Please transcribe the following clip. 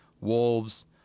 wolves—